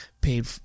paid